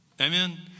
Amen